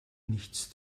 nichts